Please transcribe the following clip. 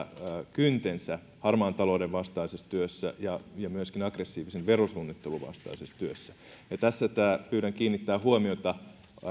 kyntensä harmaan talouden vastaisessa työssä ja ja myöskin aggressiivisen verosuunnittelun vastaisessa työssä tässä pyydän kiinnittämään huomiota